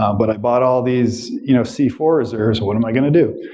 um but i bought all these you know c four reserves. what am i going to do?